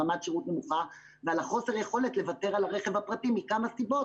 רמת שירות נמוכה ועל חוסר היכולת לוותר על הרכב הפרטי מכמה סיבות